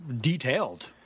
detailed